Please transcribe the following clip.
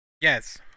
Yes